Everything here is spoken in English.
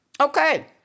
Okay